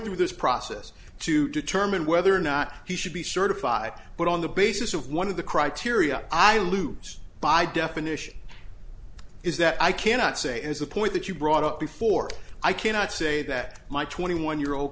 through this process to determine whether or not he should be certified but on the basis of one of the criteria i lose by definition is that i cannot say is the point that you brought up before i cannot say that my twenty one year old